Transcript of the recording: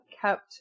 kept